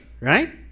right